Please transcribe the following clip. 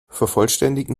vervollständigen